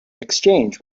exchange